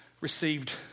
received